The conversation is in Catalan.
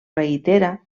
reitera